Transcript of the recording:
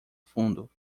fundo